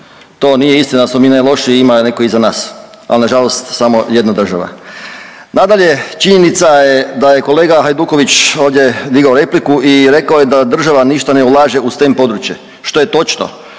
to nije istina da smo mi najlošiji, ima neko iza nas, al nažalost samo jedna država. Nadalje, činjenica je da je kolega Hajduković ovdje digao rekao je da država ništa ne ulaže u STEM područje što je točno.